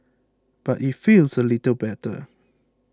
but it feels a little better